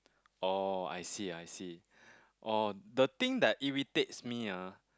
oh I see I see oh the thing that irritates me ah